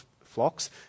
flocks